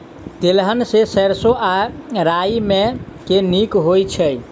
तेलहन मे सैरसो आ राई मे केँ नीक होइ छै?